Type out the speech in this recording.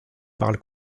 parle